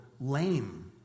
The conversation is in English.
lame